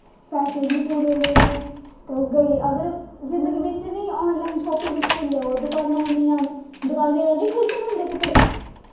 पैसे बी पूरे लैने ते अगर उऐ जेह् जिन्दगी च निं ऑन लाईन शापिंग तुस भुल्ली जाओ दकानां इन्नियां न दकानें परा नी खरीदन होंदे कपड़े